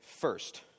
first